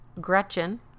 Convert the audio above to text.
Gretchen